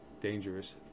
dangerous